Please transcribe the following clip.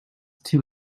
too